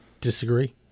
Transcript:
disagree